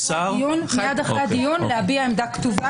מייד אחרי הדיון להביע עמדה כתובה.